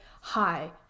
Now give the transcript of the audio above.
Hi